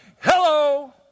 Hello